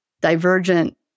divergent